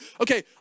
okay